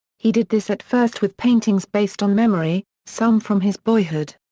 he did this at first with paintings based on memory, some from his boyhood.